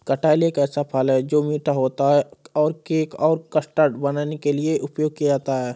कटहल एक ऐसा फल है, जो मीठा होता है और केक और कस्टर्ड बनाने के लिए उपयोग किया जाता है